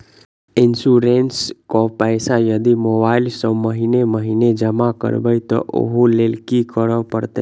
Insurance केँ पैसा यदि मोबाइल सँ महीने महीने जमा करबैई तऽ ओई लैल की करऽ परतै?